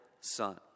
son